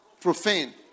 Profane